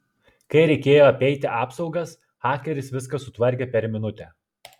kai reikėjo apeiti apsaugas hakeris viską sutvarkė per minutę